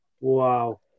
wow